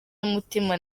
n’umutima